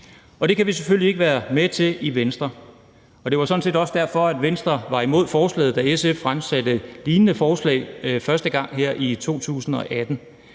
Det kan vi selvfølgelig ikke være med til i Venstre. Det var sådan set også derfor, Venstre var imod forslaget, da SF fremsatte et lignende forslag første gang i 2018.